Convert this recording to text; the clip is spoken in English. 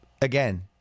Again